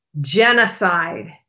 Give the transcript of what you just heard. genocide